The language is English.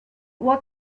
what